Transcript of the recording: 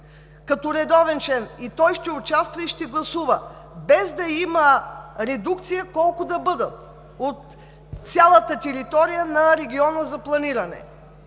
като редовен член и той ще участва и ще гласува, без да има редукция колко да бъдат от цялата територия на региона за планиране.